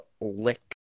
lick